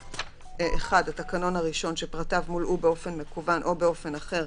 (1) התקנון הראשון שפרטיו מולאו באופן מקוון או באופן אחר,